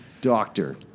Doctor